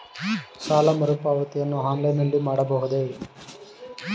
ಸಾಲ ಮರುಪಾವತಿಯನ್ನು ಆನ್ಲೈನ್ ನಲ್ಲಿ ಮಾಡಬಹುದೇ?